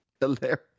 Hilarious